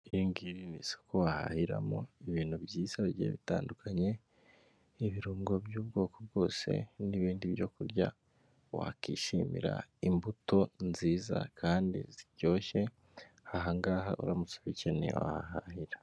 Iri ngiri ni isoko wahahiramo ibintu byiza bigiye bitandukanye, nk' ibirungo by'ubwoko bwose n'ibindi byo kurya wakishimira, imbuto nziza kandi ziryoshye, aha ngaha uramutse ubikeneye wahahahira.